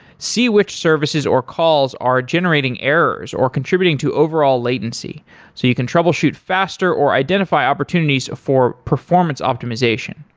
see which services or calls are generating errors or contributing to overall latency so you can troubleshoot faster or identify opportunities for performance optimization.